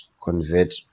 convert